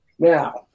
Now